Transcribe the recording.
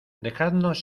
dejadnos